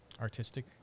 artistic